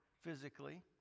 physically